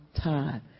time